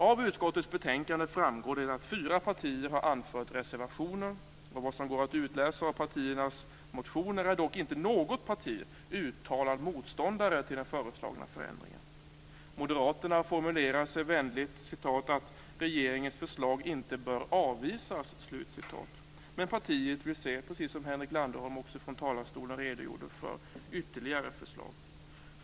Av utskottets betänkande framgår det att fyra partier har anfört reservationer. Mot bakgrund av vad som går att utläsa av partiernas motioner är dock inte något parti uttalat motståndare till den föreslagna förändringen. Moderaterna formulerar det vänligt som att regeringens förslag inte bör avvisas. Partiet vill, precis som Henrik Landerholm redogjorde för från talarstolen, se ytterligare förslag.